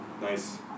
Nice